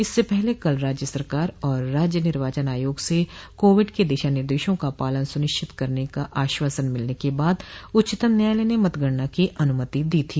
इससे पहले कल राज्य सरकार और राज्य निर्वाचन आयोग से कोविड के दिशा निर्देशों का पालन सुनिश्चित करने का आश्वासन मिलने के बाद उच्चतम न्यायालय ने मतगणना की अनुमति दी थी